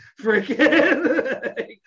Freaking